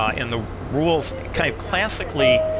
ah and the rules kind of classically,